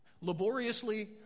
laboriously